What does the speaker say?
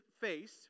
face